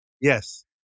Yes